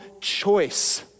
choice